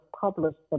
published